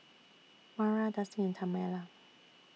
Mara Dusty and Tamela